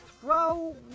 throw